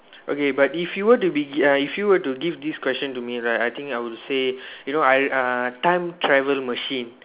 okay but if you were to be uh if you were to give this question to me right I think I would say you know I uh time travel machine